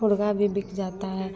मुर्गा भी बिक जाता है